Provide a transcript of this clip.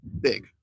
big